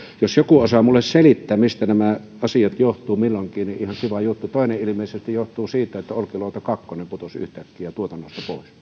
jos joku osaa minulle selittää mistä nämä asiat johtuvat milloinkin niin ihan kiva juttu toinen juttu johtui ilmeisesti siitä että olkiluoto kaksi putosi yhtäkkiä tuotannosta pois